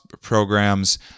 programs